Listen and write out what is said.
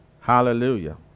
Hallelujah